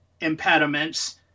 impediments